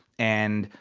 and,